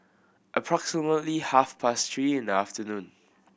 approximately half past three in the afternoon